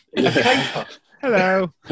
Hello